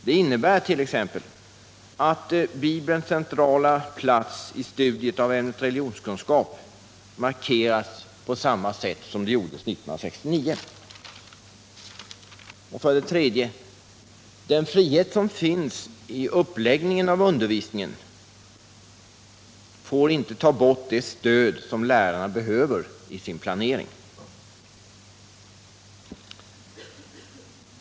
Det innebär t.ex. att Bibelns centrala plats i studiet av ämnet religionskunskap markeras på det sätt som man gjorde 1969. För det tredje får inte den frihet som finns i uppläggningen av undervisningen ta bort det stöd som lärarna behöver i sin planering.